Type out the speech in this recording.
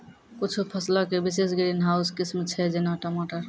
कुछु फसलो के विशेष ग्रीन हाउस किस्म छै, जेना टमाटर